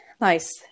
nice